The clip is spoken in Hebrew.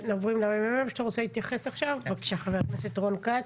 אתה רוצה להתייחס עכשיו ח"כ רון כץ?